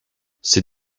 ces